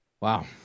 Wow